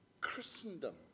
Christendom